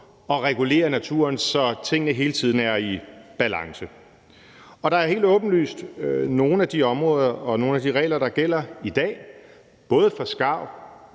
at regulere naturen, så tingene hele tiden er i balance. Der er helt åbenlyst nogle af de områder og nogle af de regler, der gælder i dag, både for skarver